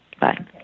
Bye